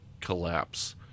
collapse